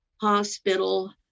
hospital